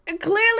Clearly